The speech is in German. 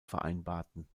vereinbarten